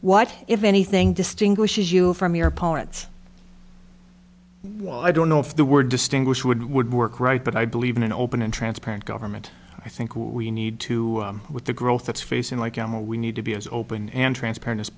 what if anything distinguishes you from your opponents well i don't know if the word distinguish would would work right but i believe in an open and transparent government i think we need to with the growth that's facing like emma we need to be as open and transparent as